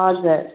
हजुर